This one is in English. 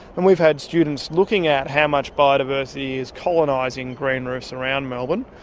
and we've had students looking at how much biodiversity is colonising green roofs around melbourne.